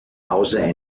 außer